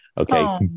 Okay